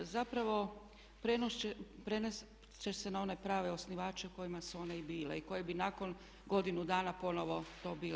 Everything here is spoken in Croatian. Zapravo prenijet će se na one prave osnivače u kojima su one i bile i koje bi nakon godinu dana ponovno to bile.